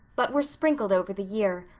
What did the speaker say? but were sprinkled over the year,